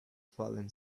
fallen